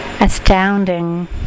astounding